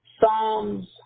Psalms